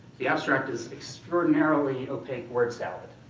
the abstract is extraordinarily opaque word salad.